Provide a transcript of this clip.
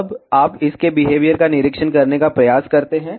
अब आप इसके बिहेवियर का निरीक्षण करने का प्रयास करते हैं